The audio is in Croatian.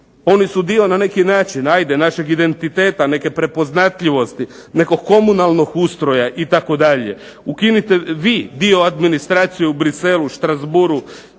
oni su dio na neki način hajde našeg identiteta, neke prepoznatljivosti, nekog komunalnog ustroja itd. Ukinite vi dio administracije u Bruxellesu, Strasbourgu